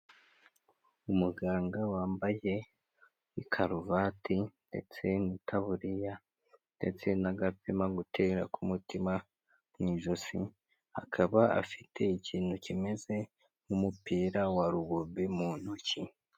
Umuganga wambaye ikaruvati, ndetse n'itaburiya, ndetse n'agapima gutera k'umutima mu ijosi, akaba afite ikintu kimeze nk'umupira wa rugubi mu ntoki.